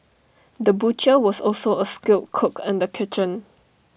the butcher was also A skilled cook in the kitchen